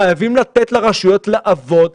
חייבים לתת לרשויות לעבוד,